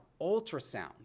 ultrasound